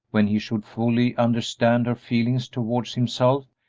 when he should fully understand her feelings towards himself,